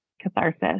catharsis